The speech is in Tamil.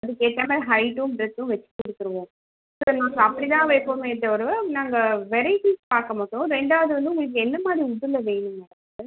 அதுக்கு ஏற்றமேரி ஹைட்டும் ப்ரத்தும் வச்சிக் கொடுத்துருவோம் ஸோ நான் இப்போ அப்படி தான் வைப்போமே தவிர நாங்கள் வெரைட்டிஸ் பார்க்க மாட்டோம் ரெண்டாவது வந்து உங்களுக்கு எந்தமாதிரி உட்டில் வேணும் மேடம்